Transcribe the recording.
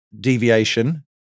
deviation